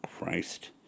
Christ